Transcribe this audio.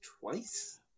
twice